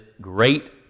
great